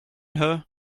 her